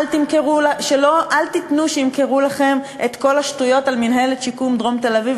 אל תיתנו שימכרו לכם את כל השטויות על מינהלת שיקום דרום תל-אביב,